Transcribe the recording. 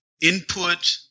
input